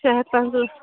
شےٚ ہَتھ